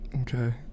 Okay